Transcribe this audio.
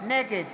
נגד